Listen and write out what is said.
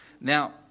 Now